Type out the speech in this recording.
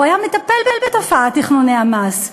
הוא היה מטפל בתופעת תכנוני המס.